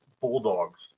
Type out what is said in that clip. Bulldogs